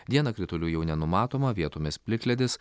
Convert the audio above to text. dieną kritulių jau nenumatoma vietomis plikledis